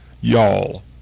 y'all